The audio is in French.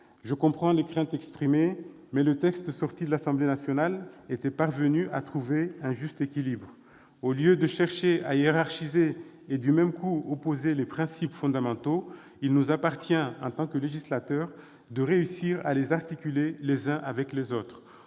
Je comprends les craintes exprimées, mais le texte sorti de l'Assemblée nationale était parvenu à trouver un juste équilibre. Au lieu de chercher à hiérarchiser et, du même coup, à opposer les principes fondamentaux, il nous appartient, en tant que législateur, de réussir à les articuler les uns avec les autres.